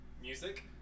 Music